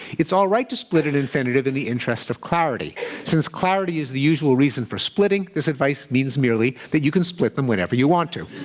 it's all right to split an infinitive in the interest of clarity since clarity is the usual reason for splitting this advice means merely that you can split them whenever you want to.